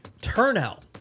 turnout